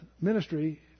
ministry